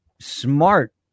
smart